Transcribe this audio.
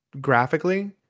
graphically